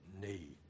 need